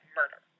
murder